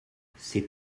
c’est